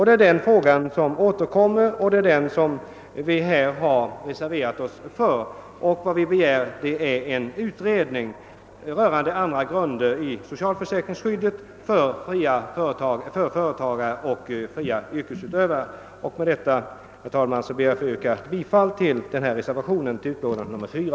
Det är den frågan som återkommer i motioner, och det är för detta vi har reserverat oss. Vad vi begär är en utredning rörande ändrade grunder för socialförsäkringsskyddet för företagare och fria yrkesutövare. Med dessa ord, herr talman, ber jag att få yrka bifall till reservationen I till utlåtande nr 4.